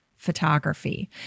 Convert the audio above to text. photography